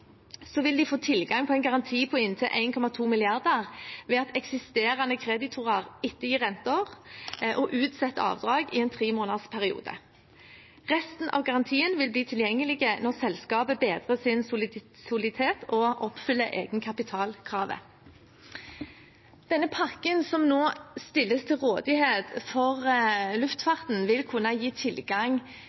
vil de få tilgang på en garanti på inntil 1,2 mrd. kr ved at eksisterende kreditorer ettergir renter og utsetter avdrag i en tremånedersperiode. Resten av garantien vil bli tilgjengelig når selskapet bedrer sin soliditet og oppfyller egenkapitalkravet. Denne pakken som nå stilles til rådighet for luftfarten, vil kunne gi tilgang